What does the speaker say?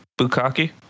Bukaki